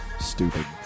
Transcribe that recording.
stupid